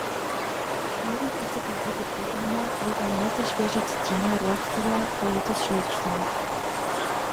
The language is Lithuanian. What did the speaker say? norint atsikratyti pykinimo reikia nulupti šviežią citriną ir uostyti ją pajutus šleikštulį